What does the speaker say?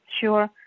sure